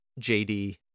JD